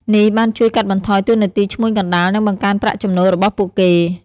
នេះបានជួយកាត់បន្ថយតួនាទីឈ្មួញកណ្តាល និងបង្កើនប្រាក់ចំណូលរបស់ពួកគេ។